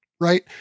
right